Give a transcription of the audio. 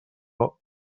això